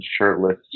shirtless